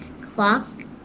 clock